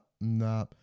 nah